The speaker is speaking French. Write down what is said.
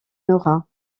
nora